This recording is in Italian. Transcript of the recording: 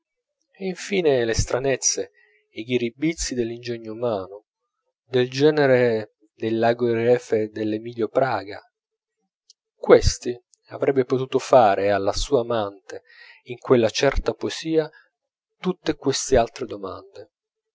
e in fine le stranezze i ghiribizzi dell'ingegno umano del genere dell'ago di refe d'emilio praga questi avrebbe potuto fare alla sua amante in quella certa poesia tutte quest'altre domande